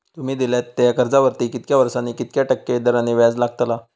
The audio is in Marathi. तुमि दिल्यात त्या कर्जावरती कितक्या वर्सानी कितक्या टक्के दराने व्याज लागतला?